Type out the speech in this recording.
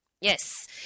Yes